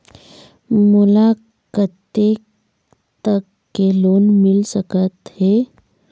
मोला कतेक तक के लोन मिल सकत हे?